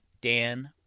dan